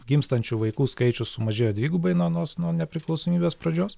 gimstančių vaikų skaičius sumažėjo dvigubai nuo anos nuo nepriklausomybės pradžios